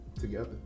together